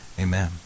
Amen